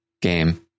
game